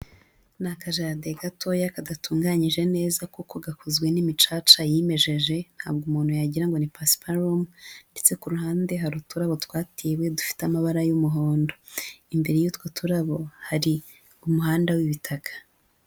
Ni akajaride gatoya kadatunganyije neza kuko gakozwe n'imicaca yimejeje, ntabwo umuntu yagirango ngo ni pasiparumu ndetse ku ruhande hari uturabo twatewe dufite amabara y'umuhondo, imbere y'utwo turabo hari umuhanda w'ibitaka.